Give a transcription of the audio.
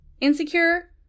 insecure